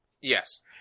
Yes